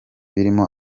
birimo